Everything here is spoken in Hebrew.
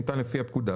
שניתן לפי הפקודה.